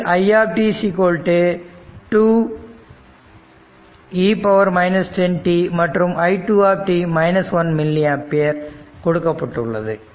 இதில் i 2 e 10t மற்றும் i2 1 milliampere கொடுக்கப்பட்டுள்ளது